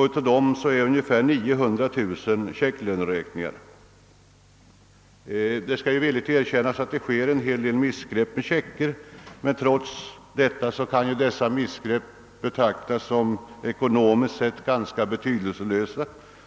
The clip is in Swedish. Av dem är ungefär 900 000 checklöneräkningar. Det skall villigt erkännas att det förekommer missbruk av checker, men detta kan trots allt betraktas såsom ekonomiskt ganska betydelselöst